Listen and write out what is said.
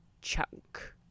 chunk